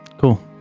Cool